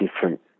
different